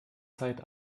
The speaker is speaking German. zeit